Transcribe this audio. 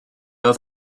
oedd